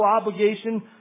obligation